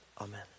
Amen